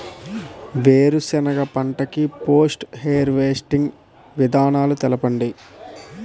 వేరుసెనగ పంట కి పోస్ట్ హార్వెస్టింగ్ విధానాలు చెప్పండీ?